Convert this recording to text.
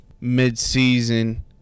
mid-season